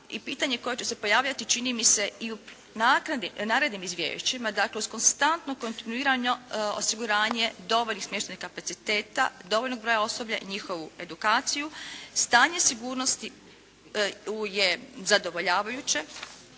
i pitanja koja će se pojaviti čini mi se i u narednim izvješćima, dakle uz konstantno i kontinuirano osiguranje dovoljnih smještajnih kapaciteta, dovoljnog broja osoblja i njihovu edukaciju, stanje sigurnosti je zadovoljavajuće,